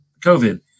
COVID